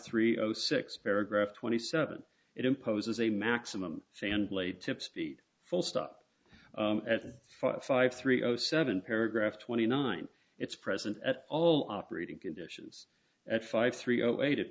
three six paragraph twenty seven it imposes a maximum fan blade tip speed full stop at five three o seven paragraph twenty nine it's present at all operating conditions at five three o eight a